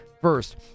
first